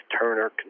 Turner